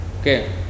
okay